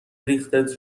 ریختت